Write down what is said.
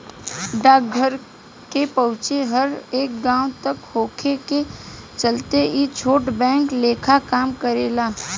डाकघर के पहुंच हर एक गांव तक होखे के चलते ई छोट बैंक लेखा काम करेला